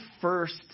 first